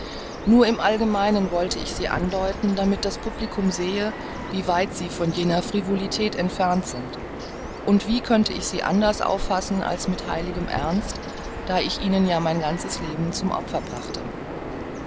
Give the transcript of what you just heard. nur im allgemeinen wollte ich sie andeuten damit das publikum sehe wie weit sie von jeder frivolität entfernt sind und wie könnte ich sie anders auffassen als mit heiligem ernst da ich ihnen ja mein ganzes leben zum opfer brachte